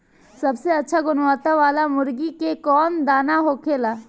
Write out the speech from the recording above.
सबसे अच्छा गुणवत्ता वाला मुर्गी के कौन दाना होखेला?